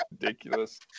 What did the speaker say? ridiculous